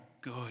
good